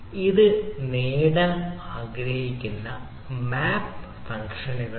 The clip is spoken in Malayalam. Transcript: ഇത് നേടാൻ ആഗ്രഹിക്കുന്ന മാപ്പ് ഫംഗ്ഷനുകളാണ്